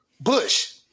Bush